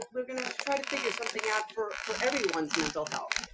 we're gonna have to try to figure something out for for everyone's mental health.